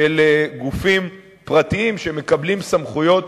של גופים פרטיים שמקבלים סמכויות,